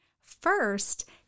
First